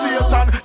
Satan